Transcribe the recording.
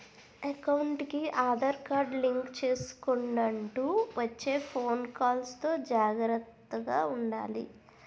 ఎకౌంటుకి Aadhaar card link చేసుకొండంటూ వచ్చే ఫోను కాల్స్ తో జాగర్తగా ఉండాలి